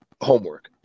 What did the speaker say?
homework